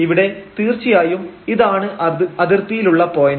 ഇവിടെ തീർച്ചയായും ഇതാണ് അതിർത്തിയിലുള്ള പോയന്റ്